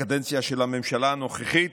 הקדנציה של הממשלה הנוכחית,